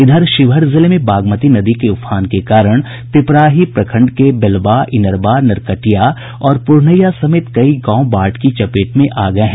इधर शिवहर जिले में बागमती नदी के उफान के कारण पिपराही प्रखंड के बेलवा इनरवा नरकटिया और पुरनहिया समेत कई गांव बाढ़ की चपेट में आ गये हैं